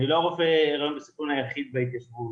אני לא הרופא היריון בסיכון היחיד בהתיישבות.